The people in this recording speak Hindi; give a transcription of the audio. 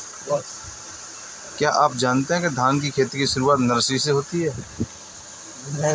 क्या आप जानते है धान की खेती की शुरुआत नर्सरी से होती है?